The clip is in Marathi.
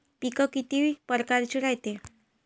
पिकं किती परकारचे रायते?